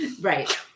right